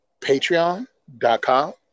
patreon.com